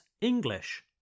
English